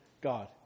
God